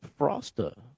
Frosta